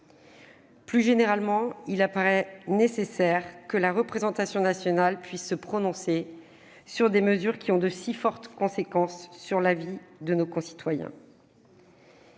Plus généralement, il apparaît nécessaire que la représentation nationale puisse se prononcer sur des mesures ayant de si fortes conséquences sur la vie de nos concitoyens.